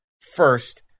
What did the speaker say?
first